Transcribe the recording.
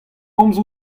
komz